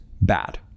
bad